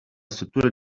struttura